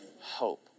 hope